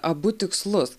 abu tikslus